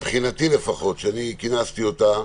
מבחינתי לפחות שאני כינסתי אותה,